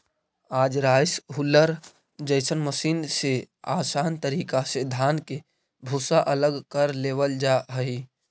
आज rice huller जइसन machine से आसान तरीका से धान के भूसा अलग कर लेवल जा हई